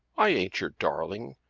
i ain't your darling.